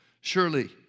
Surely